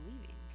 leaving